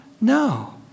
No